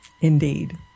Indeed